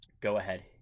go-ahead